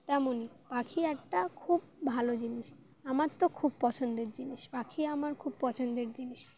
তেমন পাখি একটা খুব ভালো জিনিস আমার তো খুব পছন্দের জিনিস পাখি আমার খুব পছন্দের জিনিস